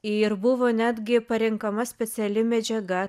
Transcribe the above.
ir buvo netgi parenkama speciali medžiaga